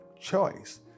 choice